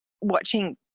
watching